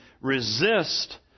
resist